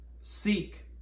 Seek